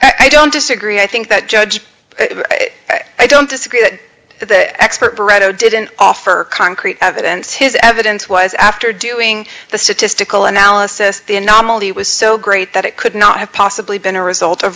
case i don't disagree i think that judge i don't disagree that the expert breteau didn't offer concrete evidence his evidence was after doing the statistical analysis the anomaly was so great that it could not have possibly been a result of